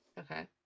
Okay